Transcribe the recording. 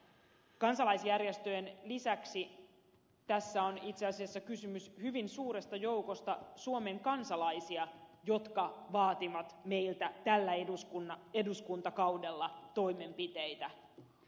kansalaisjärjestöjen lisäksi tässä on itse asiassa kysymys hyvin suuresta joukosta suomen kansalaisia jotka vaativat meiltä tällä eduskuntakaudella toimenpiteitä